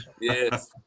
Yes